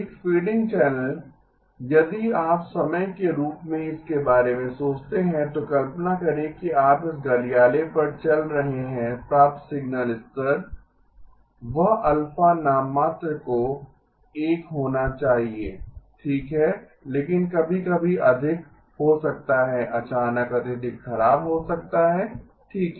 एक fading channel यदि आप समय के रूप में इसके बारे में सोचते हैं तो कल्पना करें कि आप इस गलियारे पर चल रहे हैं प्राप्त सिग्नल स्तर वह अल्फा नाममात्र को 1 होना चाहिए ठीक है लेकिन कभी कभी अधिक हो सकता है अचानक अत्यधिक खराब हो सकता है ठीक है